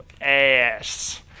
ass